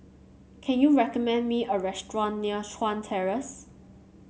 can you recommend me a restaurant near Chuan Terrace